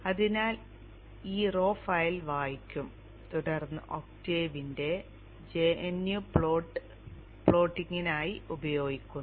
അതിനാൽ ഇത് ഈ റോ ഫയൽ വായിക്കും തുടർന്ന് ഒക്ടേവിന്റെ gnu പ്ലോട്ട് പ്ലോട്ടിംഗിനായി ഉപയോഗിക്കുന്നു